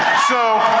so